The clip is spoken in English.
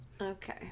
Okay